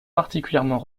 particulièrement